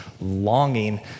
longing